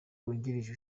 wungirije